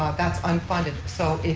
that's unfunded, so it,